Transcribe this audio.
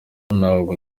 ntabwo